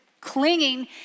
clinging